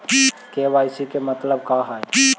KYC के मतलब का हई?